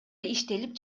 иштелип